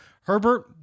Herbert